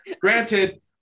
Granted